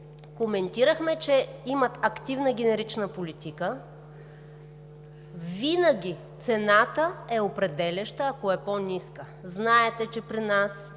коментирахме, че имат активна генерична политика, винаги цената е определяща, ако е по-ниска. Знаете, че при нас